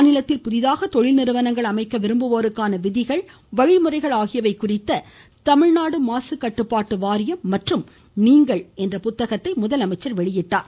மேலும் தொழில்நிறுவனங்கள் அமைக்க விரும்புவோருக்கான விதிகள் வழிமுறைகள் ஆகியவை குறித்த தமிழ்நாடு மாசுக்கட்டுப்பாட்டு வாரியம் மற்றும் நீங்கள் என்ற புத்தகத்தையும் முதலமைச்சர் வெளியிட்டார்